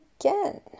again